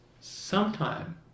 sometime